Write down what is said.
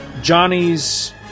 Johnny's